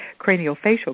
Craniofacial